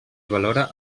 valora